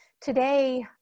today